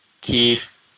Keith